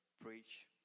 preach